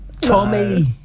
Tommy